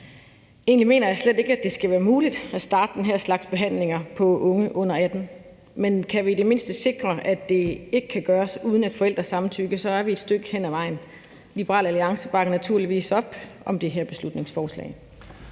Egentlig mener jeg slet ikke, at det skal være muligt at starte den her slags behandlinger på unge under 18 år, men kan vi i det mindste sikre, at det ikke kan gøres uden et forældresamtykke, så er vi et stykke af vejen. Liberal Alliance bakker naturligvis op om det her beslutningsforslag.